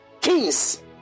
kings